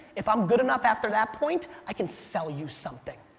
if i'm good enough after that point, i can sell you something.